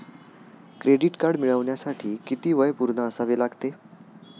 Credit card मिळवण्यासाठी किती वय पूर्ण असावे लागते?